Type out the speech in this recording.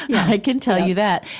i can tell you that.